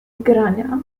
grania